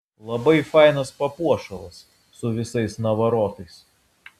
labai fainas papuošalas su visais navarotais